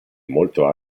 molto